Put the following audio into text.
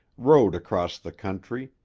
rode across the country,